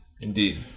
Indeed